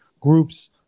groups